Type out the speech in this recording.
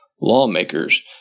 lawmakers